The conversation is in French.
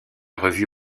revue